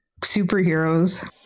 superheroes